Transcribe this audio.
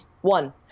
One